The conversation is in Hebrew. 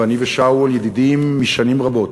ואני ושאול ידידים שנים רבות,